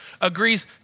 agrees